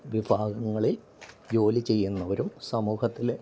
വിഭാഗങ്ങളിൽ ജോലി ചെയ്യുന്നവരും സമൂഹത്തിലെ